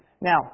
Now